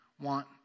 want